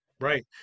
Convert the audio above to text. Right